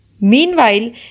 Meanwhile